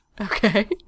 Okay